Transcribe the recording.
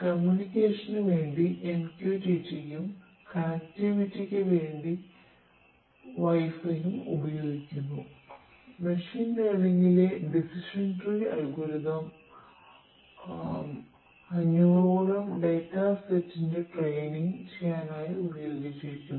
കമ്മ്യൂണിക്കേഷന് ചെയ്യാനായി ഉപയോഗിച്ചിരിക്കുന്നു